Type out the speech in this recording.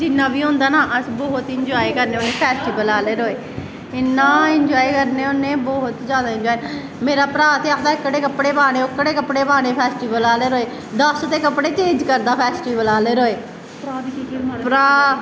जिन्ना बी होंदा ना अस बौह्त इंजाए करने होन्ने फैस्टिवल आह्लै रोज़ इन्ना इंजाए करने होन्ने बौह्त जादा इंजाए मेरा भ्रा ते आखदा एह्कड़े कपड़े पाने ओह्कड़े कपड़े पाने फैस्टिवल आह्लै रोज़ दस ते कपड़े चेंज करदा फैस्टिवल आह्लै रोज़ भ्रा